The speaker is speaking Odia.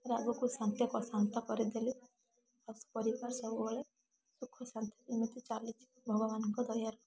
ରାଗକୁ ଶାନ୍ତ ଶାନ୍ତ କରିଦେଲୁ ଆଉ ପରିବାର ସବୁବେଳେ ସୁଖ ଶାନ୍ତିରେ ଏମିତି ଚାଲିଛି ଭଗବାନଙ୍କ ଦୟାରୁ